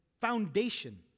foundation